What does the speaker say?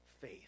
faith